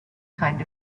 kind